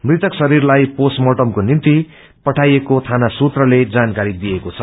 मृतक शरिरलाई पोष्ट र्माटमको निम्ति पठाइएको थाना सुत्रले जानकारी दिएको छ